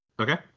Okay